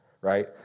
right